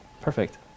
Perfect